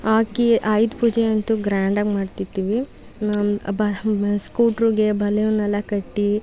ಹಾಕಿ ಆಯುಧ ಪೂಜೆ ಅಂತೂ ಗ್ರ್ಯಾಂಡಾಗಿ ಮಾಡ್ತಿರ್ತೀವಿ ಬ ಸ್ಕೂಟ್ರಿಗೆ ಬಲೂನೆಲ್ಲಾ ಕಟ್ಟಿ